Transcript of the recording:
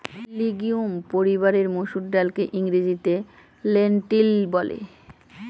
legume পরিবারের মসুর ডালকে ইংরেজিতে লেন্টিল বলে